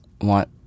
want